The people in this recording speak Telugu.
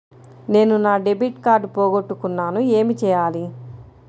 నేను నా డెబిట్ కార్డ్ పోగొట్టుకున్నాను ఏమి చేయాలి?